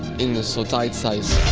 in a so tight size.